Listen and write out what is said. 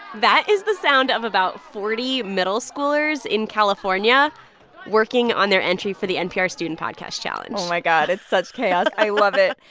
that is the sound of about forty middle schoolers in california working on their entry for the npr student podcast challenge oh, my god. it's such chaos. i love it.